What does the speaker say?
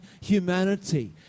humanity